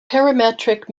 parametric